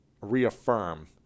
reaffirm